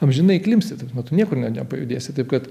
amžinai klimpsit nu tu niekur nepajudėsi taip kad